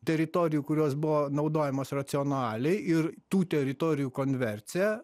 teritorijų kurios buvo naudojamos racionaliai ir tų teritorijų konversiją